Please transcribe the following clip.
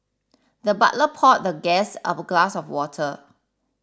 the butler poured the guest a glass of water